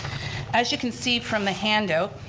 as you can see from the handout,